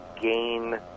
gain –